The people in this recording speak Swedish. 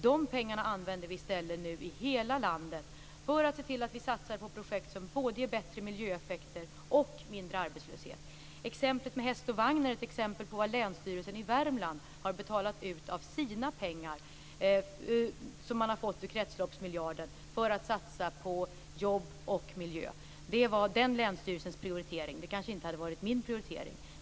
De pengarna använder vi nu i stället i hela landet för att satsa på projekt som både ger bättre miljöeffekter och mindre arbetslöshet. Projektet med användning av häst och vagn är ett exempel på vad länsstyrelsen i Värmland har gjort för de pengar som man har fått från kretsloppsmiljarden för att satsa på jobb och miljö. Det var den länsstyrelsens prioritering. Det hade kanske inte varit min prioritering.